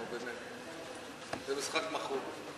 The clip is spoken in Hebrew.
נו באמת, זה משחק מכור.